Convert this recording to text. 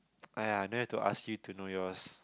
!aiya! then I have to ask you to know yours